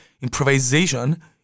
improvisation